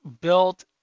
built